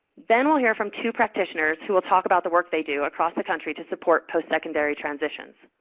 then we'll hear from two practitioners who will talk about the work they do across the country to support postsecondary transitions.